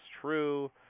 true